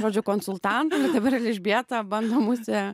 žodžiu konsultantą dabar elžbieta bando mus čia